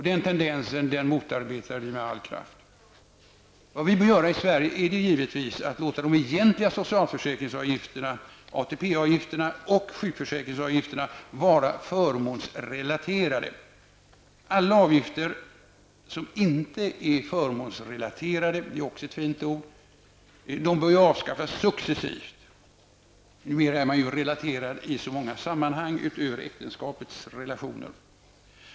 Den tendensen motarbetar vi med all kraft. Vad vi i Sverige givetvis bör göra är låta de egentliga socialförsäkringsavgifterna, ATP avgifterna och sjukförsäkringsavgifterna, vara förmånsrelaterade. Alla avgifter som inte är förmånsrelaterade -- det är också ett fint ord -- bör successivt avskaffas. Numera är man ju ''relaterad'' i så många sammanhang, alltså inte bara när det gäller äktenskapliga relationer.